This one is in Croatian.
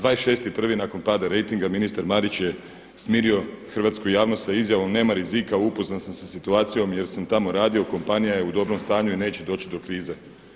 26.1. nakon pada rejtinga ministar Marić je smirio hrvatsku javnost sa izjavom, nema rizika upoznat sam sa situacijom jer sam tamo radio, kompanija je u dobrom stanju i neće doći do krize.